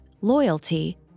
loyalty